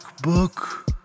book